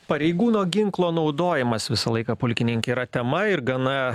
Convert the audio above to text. pareigūno ginklo naudojimas visą laiką pulkininke yra tema ir gana